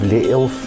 Little